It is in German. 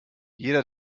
jeder